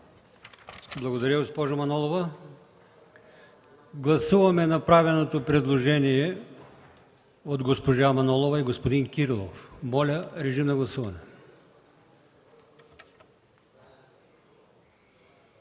Благодаря, госпожо Манолова. Гласуваме направеното предложение от госпожа Манолова и господин Кирилов. Моля, режим на гласуване.